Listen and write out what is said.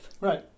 right